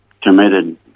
committed